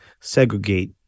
segregate